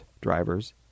drivers